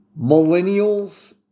millennials